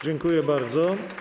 Dziękuję bardzo.